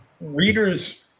readers